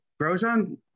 Grosjean